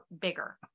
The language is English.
bigger